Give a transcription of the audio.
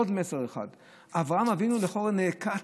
עוד מסר אחד: אברהם אבינו לכאורה נעקץ,